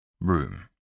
Room